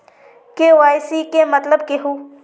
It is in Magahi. के.वाई.सी के मतलब केहू?